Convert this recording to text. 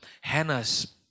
Hannah's